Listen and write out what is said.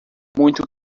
muito